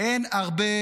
אין הרבה